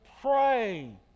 pray